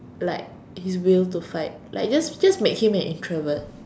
like his will to fight like just just make him an introvert